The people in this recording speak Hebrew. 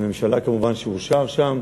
בממשלה, כמובן אושר שם,